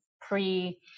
pre-